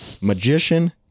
magician